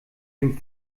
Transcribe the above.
dem